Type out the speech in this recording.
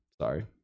sorry